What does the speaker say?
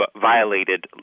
violated